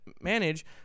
manage